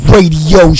Radio